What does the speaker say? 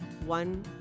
one